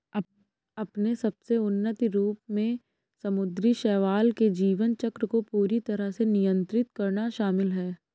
अपने सबसे उन्नत रूप में समुद्री शैवाल के जीवन चक्र को पूरी तरह से नियंत्रित करना शामिल है